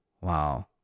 wow